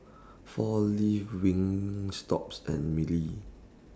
four Leaves Wingstop and Mili